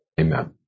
Amen